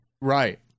Right